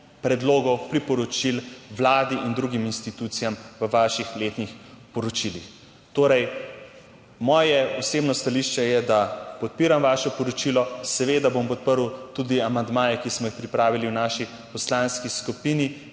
predlogov, priporočil Vladi in drugim institucijam v vaših letnih poročilih. Moje osebno stališče je, da podpiram vaše poročilo. Seveda bom podprl tudi amandmaje, ki smo jih pripravili v naši poslanski skupini,